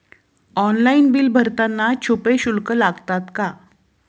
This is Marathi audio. ऑनलाइन बिल भरताना छुपे शुल्क लागतात का?